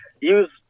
use